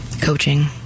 Coaching